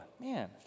Man